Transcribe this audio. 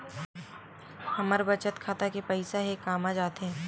हमर बचत खाता के पईसा हे कामा जाथे?